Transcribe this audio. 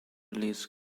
release